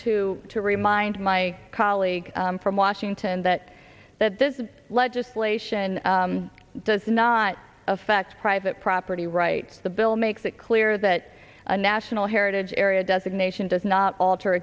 to to remind my colleague from washington that that this legislation does not affect private property rights the bill makes it clear that a national heritage area designation does not alter